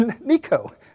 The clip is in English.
Nico